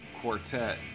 quartet